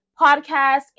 podcast